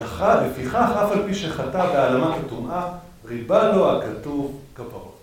לפיכך, אף על פי שחטא בעלמא כטומאה ריבה לו הכתוב כפרות.